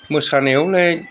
मोसानायावलाय